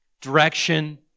direction